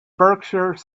berkshire